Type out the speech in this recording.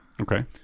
Okay